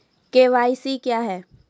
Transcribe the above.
KYC क्या हैं?